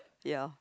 ya